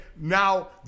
now